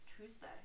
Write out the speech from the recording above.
Tuesday